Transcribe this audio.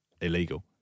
illegal